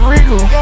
Regal